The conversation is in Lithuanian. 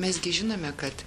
mes gi žinome kad